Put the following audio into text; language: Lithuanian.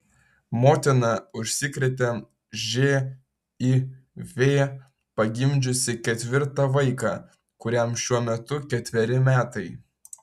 motina užsikrėtė živ pagimdžiusi ketvirtą vaiką kuriam šiuo metu ketveri metai